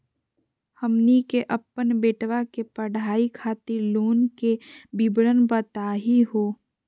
हमनी के अपन बेटवा के पढाई खातीर लोन के विवरण बताही हो?